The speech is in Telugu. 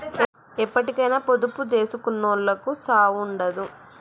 ఎప్పటికైనా పొదుపు జేసుకునోళ్లకు సావుండదు